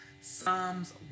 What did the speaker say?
Psalms